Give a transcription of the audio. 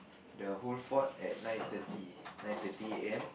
the whole fort at nine thirty nine thirty a_m